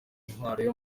intwaro